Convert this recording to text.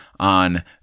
On